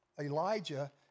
Elijah